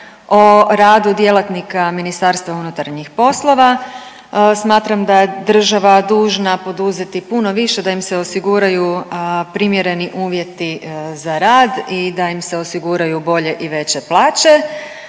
o radu djelatnika MUP-a. Smatram da je država dužna poduzeti puno više da im se osiguraju primjereni uvjeti za rad i da im se osiguraju bolje i veće plaće,